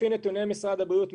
לפי נתוני משרד הבריאות,